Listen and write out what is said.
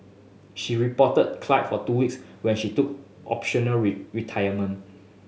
she reportedly cried for two weeks when she took optional retirement